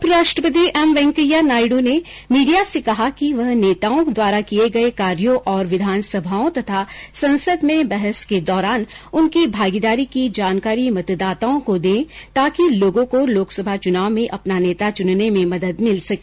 उपराष्ट्रपति एम वेंकैया नायडू ने मीडिया से कहा है कि वह नेताओं द्वारा किए गए कार्यों और विधानसभाओं तथा संसद में बहस के दौरान उनकी भागीदारी की जानकारी मतदाताओं को दें ताकि लोगों को लोकसभा चुनाव में अपना नेता चुनने में मदद मिल सके